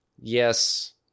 yes